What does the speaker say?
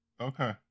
Okay